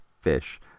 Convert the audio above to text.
fish